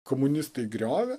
komunistai griovė